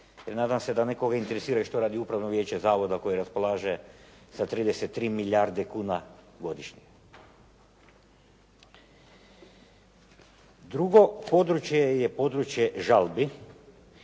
nadam se da nekoga interesira što radi upravno vijeće zavoda koje raspolaže sa 33 milijarde kuna godišnje. Drugo, područje je područje žalbi